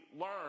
learn